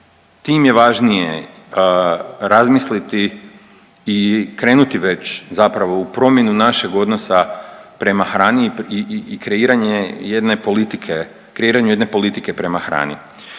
tim je važnije razmisliti i krenuti već zapravo u promjenu našeg odnosa prema hrani i kreiranje jedne politike, kreiranje